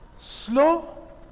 slow